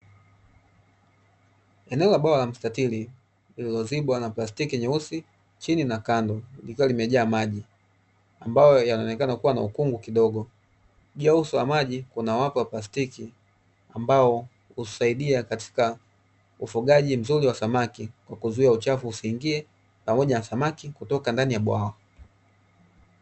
Eneo la bwawa la mstatiri lililozibwa na plastiki nyeusi chini na kando likiwa limejaa maji ambayo yanaonekana kuwa na ukungu kidogo, juu ya uso wa maji kuna wavu wa plastiki ambao husaidia katika ufugaji mzuri wa samaki kwa kuzuia uchafu usiingie pamoja na samaki kutoka ndani ya bwawa.